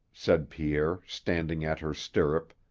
said pierre, standing at her stirrup,